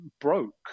broke